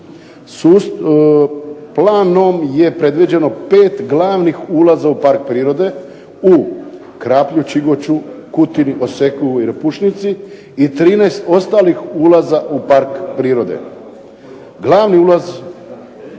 Planom je predviđeno 5 glavnih ulaza u park prirode u Krapju, Čigoču, Kutini, Osekovu i Repušnici i 13 ostalih ulaza u park prirode.